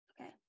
okay